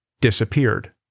disappeared